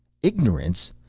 ignorance!